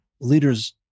leaders